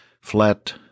flat